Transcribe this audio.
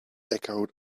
echoed